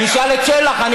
תשלח את שלח,